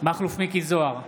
מכלוף מיקי זוהר,